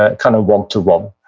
ah kind of one to one,